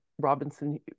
Robinson